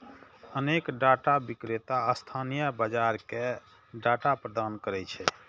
अनेक डाटा विक्रेता स्थानीय बाजार कें डाटा प्रदान करै छै